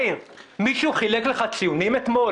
מאיר, מישהו חילק לך ציונים אתמול?